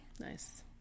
Nice